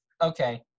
okay